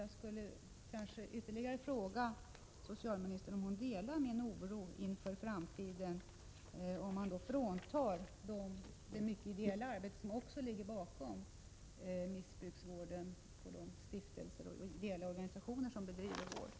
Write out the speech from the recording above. Jag vill också fråga socialministern om hon delar min oro inför en framtida utveckling innebärande att den stora andelen ideellt arbete inom missbrukarvården minskar och att i stället stiftelser och ideella organisationer kommer in i vårdverksamheten.